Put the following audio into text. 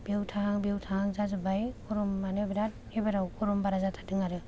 बेयाव थाहां बेआव थाहां जाजोब्बाय गरम आनो बिरात एबाराव गरम बारा जाथार दों आरो